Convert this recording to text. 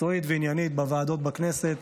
מקצועית ועניינית בוועדות בכנסת.